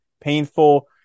painful